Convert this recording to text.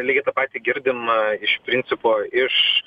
lygiai tą patį girdim iš principo iš